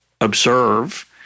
observe